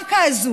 הקרקע הזו,